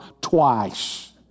twice